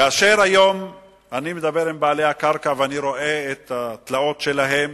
היום אני מדבר עם בעלי הקרקע ואני רואה את התלאות שלהם